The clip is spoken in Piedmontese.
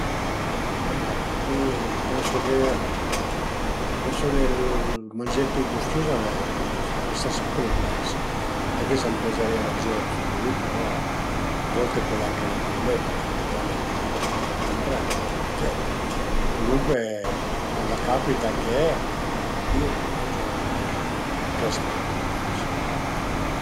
Bo sai nen, mi pensu che, pensu ch'ël mangé pi custus a resta sempre ël pes anche se a m'piazerìa mangelu tüti i di però a volte pöl anche nen përmëtitlo, a dipend anche dal pes chë völe cumpré, chë völe mangé, comuncue cuand a capita che e lu pìu, lu mangiu, a m'pias tantu ël pes